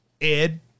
Ed